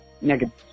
negative